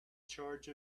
charge